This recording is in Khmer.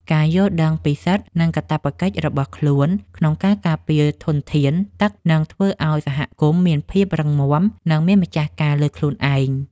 ការយល់ដឹងពីសិទ្ធិ និងកាតព្វកិច្ចរបស់ខ្លួនក្នុងការការពារធនធានទឹកនឹងធ្វើឱ្យសហគមន៍មានភាពរឹងមាំ និងមានម្ចាស់ការលើខ្លួនឯង។